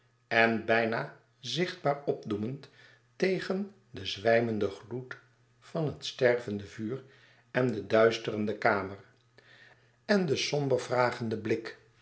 en bijna zichtbaar opdoemend tegen den zwijmenden gloed van het stervende vuur in de duisterende kamer en de somber vragende blik